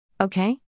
Okay